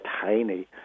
tiny